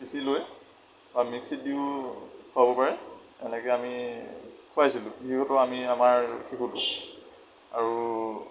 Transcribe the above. পিচি লৈ বা মিক্সিত দিওঁ খোৱাব পাৰে এনেকৈ আমি খুৱাইছিলো যিহেতু আমি আমাৰ শিশুটোক আৰু